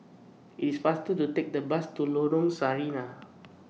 IS faster to Take The Bus to Lorong Sarina